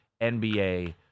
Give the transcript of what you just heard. NBA